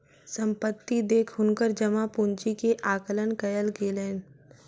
संपत्ति देख हुनकर जमा पूंजी के आकलन कयल गेलैन